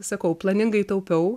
sakau planingai taupiau